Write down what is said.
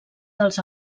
dels